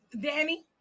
Danny